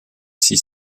six